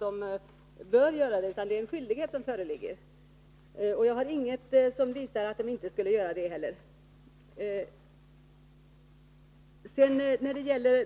polisen bör göra det, utan det föreligger en skyldighet. Det finns heller ingenting som visar att polisen inte skulle efterleva den skyldigheten.